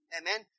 Amen